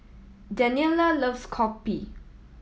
Daniela loves kopi